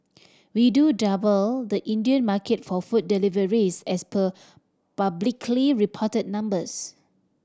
we do double the Indian market for food deliveries as per publicly reported numbers